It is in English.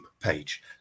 page